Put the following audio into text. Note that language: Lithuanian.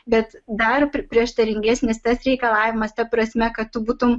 bet dar prieštaringesnis tas reikalavimas ta prasme kad tu būtum